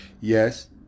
Yes